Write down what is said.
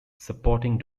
supporting